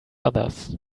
others